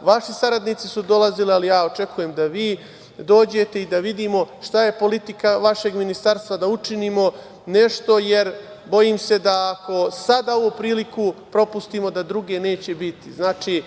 Vaši saradnici su dolazili, ali ja očekujem da vi dođete i da vidimo šta je politika vašeg ministarstva, da učinimo nešto, jer bojim se da ako sada ovu priliku propustimo, da druge neće biti. Znači,